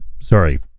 sorry